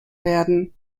werden